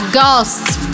Ghosts